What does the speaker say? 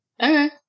Okay